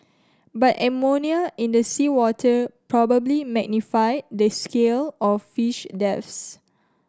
but ammonia in the seawater probably magnified the scale of fish deaths